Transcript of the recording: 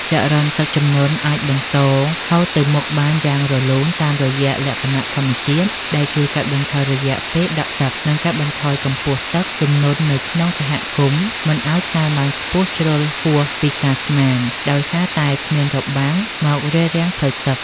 ចរន្តទឹកជំនន់អាចបន្តហូរទៅមុខបានយ៉ាងរលូនតាមលក្ខណៈធម្មជាតិ ដែលជួយកាត់បន្ថយរយៈពេលដក់ទឹក និងកាត់បន្ថយកម្ពស់ទឹកជំនន់នៅក្នុងសហគមន៍មិនឱ្យកើនឡើងខ្ពស់ជ្រុលហួសពីការស្មាន ដោយសារតែគ្មានរបាំងមករារាំងផ្លូវទឹក។